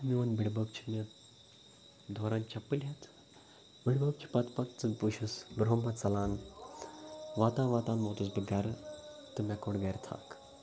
تہٕ میون بٕڈۍبَب چھُ مےٚ دوران چَپٕلۍ ہٮ۪تھ بٕڈۍبَب چھِ پَتہٕ پَتہٕ ژٕ بہٕ چھُس بروٚنٛہہ بروٚنٛہہ ژَلان واتان واتان ووتُس بہٕ گَرٕ تہٕ مےٚ کوٚڑ گَرِ تھَکھ